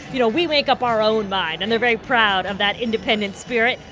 you know, we make up our own mind. and they're very proud of that independent spirit.